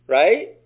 right